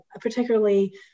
particularly